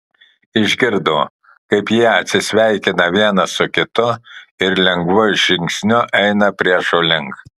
išgirdo kaip jie atsisveikina vienas su kitu ir lengvu žingsniu eina priešo link